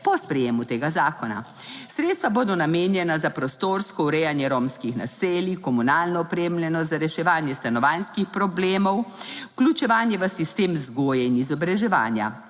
po sprejemu tega zakona. Sredstva bodo namenjena za prostorsko urejanje romskih naselij, komunalno opremljeno, za reševanje stanovanjskih problemov, vključevanje v sistem vzgoje in izobraževanja.